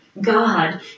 God